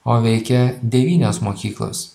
o veikia devynios mokyklos